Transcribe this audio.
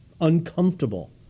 uncomfortable